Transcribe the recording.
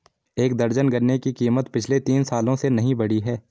एक दर्जन गन्ने की कीमत पिछले तीन सालों से नही बढ़ी है